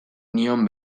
nion